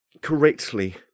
correctly